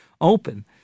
open